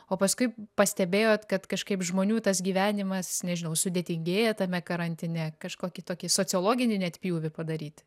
o paskui pastebėjot kad kažkaip žmonių tas gyvenimas nežinau sudėtingėja tame karantine kažkokį tokį sociologinį net pjūvį padaryti